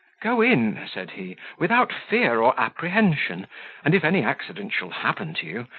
go in, said he, without fear or apprehension and if any accident shall happen to you,